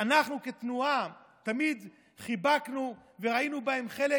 אנחנו כתנועה תמיד חיבקנו וראינו בהם חלק